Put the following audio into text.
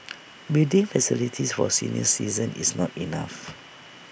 building facilities for senior citizens is not enough